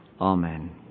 Amen